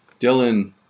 Dylan